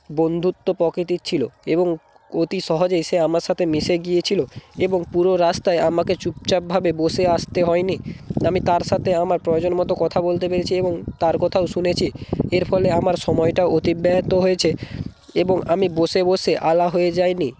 বন্ধুত্ব প্রকৃতির ছিলো এবং অতি সহজেই সে আমার সাথে মিশে গিয়েছিলো এবং পুরো রাস্তায় আমাকে চুপচাপভাবে বসে আসতে হয়নি আমি তার সাথে আমার প্রয়োজন মতো কথা বলতে পেরেছি এবং তার কথাও শুনেছি এর ফলে আমার সময়টা অতিবাহিত হয়েছে এবং আমি বসে বসে আলা হয়ে যাইনি